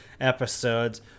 episodes